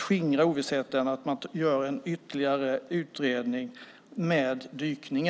skingra ovissheten genom att man gör en ytterligare utredning med dykningar?